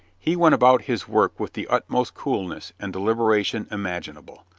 he went about his work with the utmost coolness and deliberation imaginable,